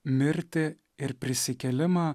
mirtį ir prisikėlimą